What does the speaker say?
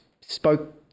spoke